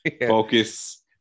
focus